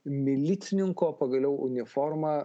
milicininko pagaliau uniformą